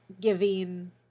giving